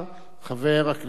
חבר הכנסת זאב אלקין.